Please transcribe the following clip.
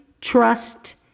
Trust